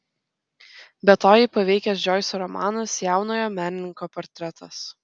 be to jį paveikęs džoiso romanas jaunojo menininko portretas